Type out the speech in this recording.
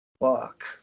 fuck